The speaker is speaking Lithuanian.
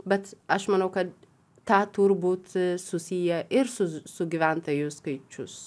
bet aš manau kad tą turbūt susiję ir su su gyventojų skaičius